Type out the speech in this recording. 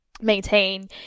maintain